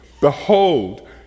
Behold